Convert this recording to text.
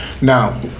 Now